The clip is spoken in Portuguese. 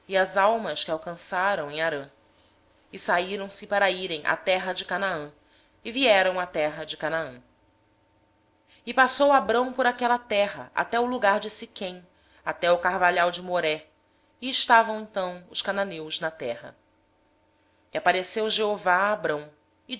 as almas que lhes acresceram em harã e saíram a fim de irem à terra de canaã e à terra de canaã chegaram passou abrão pela terra até o lugar de siquém até o carvalho de moré nesse tempo estavam os cananeus na terra apareceu porém o